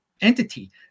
entity